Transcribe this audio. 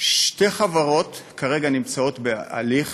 שתי חברות כרגע נמצאות בהליך,